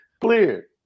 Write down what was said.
Clear